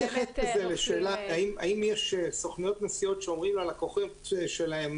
אני לא רוצה להתייחס לשאלה האם יש סוכנויות נסיעות שאומרות ללקוחות שלהן